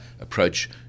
approach